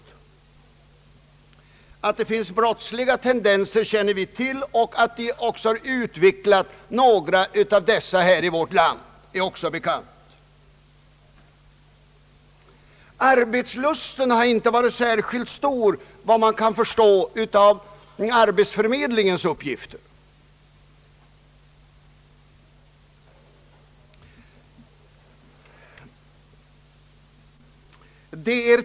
Vi känner till att det finns brottsliga tendenser, och det är bekant att dessa utvecklats också i vårt land. Arbetslusten har inte varit särskilt stor, såvitt man kan förstå av arbetsförmedlingens uppgifter.